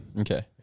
Okay